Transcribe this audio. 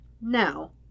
Now